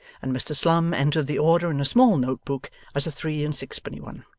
and mr slum entered the order in a small note-book as a three-and-sixpenny one.